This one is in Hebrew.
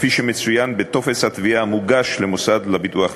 כפי שמצוין בטופס התביעה המוגש למוסד לביטוח לאומי.